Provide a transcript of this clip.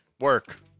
work